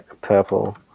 purple